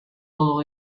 todo